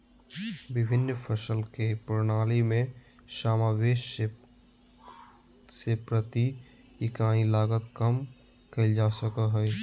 विभिन्न फसल के प्रणाली में समावेष से प्रति इकाई लागत कम कइल जा सकय हइ